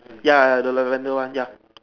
ya ya the Lavender one ya